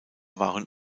waren